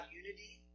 unity